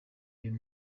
ayo